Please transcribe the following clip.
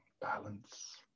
balance